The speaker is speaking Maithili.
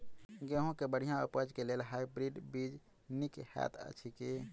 गेंहूँ केँ बढ़िया उपज केँ लेल हाइब्रिड बीज नीक हएत अछि की?